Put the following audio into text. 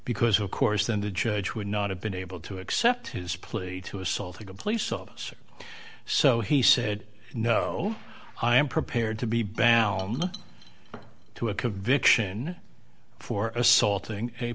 because of course then the judge would not have been able to accept his plea to assaulting a police officer so he said no i am prepared to be balam to a conviction for assaulting a